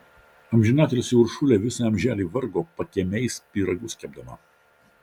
amžinatilsį uršulė visą amželį vargo pakiemiais pyragus kepdama